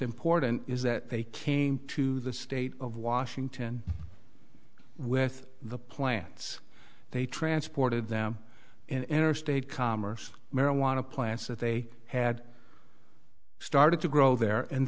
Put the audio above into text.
important is that they came to the state of washington with the plants they transported them in or state commerce marijuana plants that they had started to grow there and